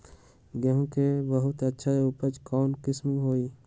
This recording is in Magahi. गेंहू के बहुत अच्छा उपज कौन किस्म होई?